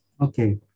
Okay